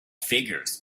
figures